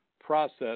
process